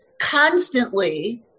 constantly